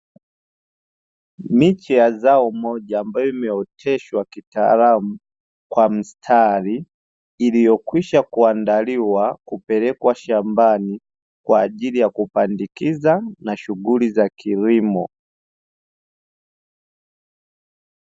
Miche ya zao moja ambayo imeoteshwa kitaalamu kwa mistari, iliyokwisha kuandaliwa kupelekwa shambani kwa ajili ya kupandikiza na shughuli za kilimo.